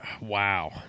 Wow